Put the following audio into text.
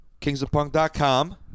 KingsofPunk.com